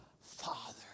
Father